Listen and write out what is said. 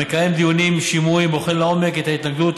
המקיים דיונים, שימועים, ובוחן לעומק את ההתנגדות.